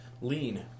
lean